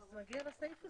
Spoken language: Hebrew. בעוד שלושה חודשים.